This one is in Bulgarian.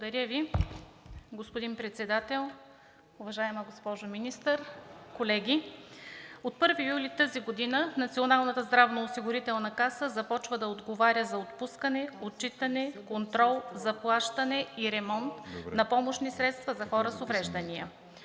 Благодаря Ви. Господин Председател, уважаема госпожо Министър, колеги! От 1 юли тази година Националната здравноосигурителна каса започва да отговаря за отпускане, отчитане, контрол, заплащане и ремонт на помощни средства за хора с увреждания.